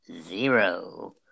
zero